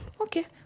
Okay